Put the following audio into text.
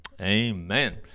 amen